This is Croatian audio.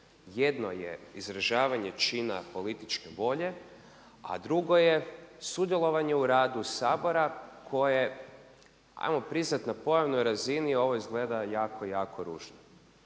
Jedno je izražavanje čina političke volje, a drugo je sudjelovanje u radu Sabora koje ajmo priznati na pojavnoj razini ovo izgleda jako, jako ružno.